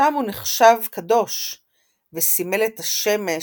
שם הוא נחשב קדוש וסימל את השמש,